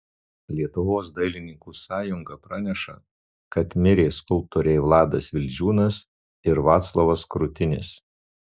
lietuvos dailininkų sąjunga praneša kad mirė skulptoriai vladas vildžiūnas ir vaclovas krutinis